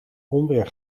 onweer